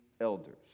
elders